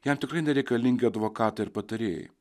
jam tikrai nereikalingi advokatai ir patarėjai